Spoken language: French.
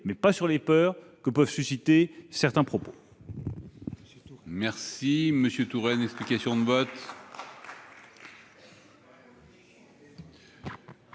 non pas sur les peurs que peuvent susciter certains propos.